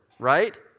right